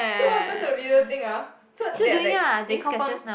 so what happen to the viewer thing ah so they are like they confirm